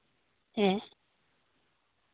ᱦᱮᱸ